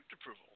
approval